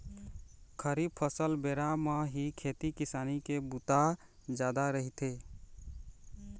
खरीफ फसल बेरा म ही खेती किसानी के बूता जादा रहिथे